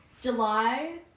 july